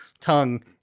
tongue